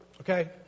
Okay